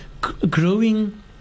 growing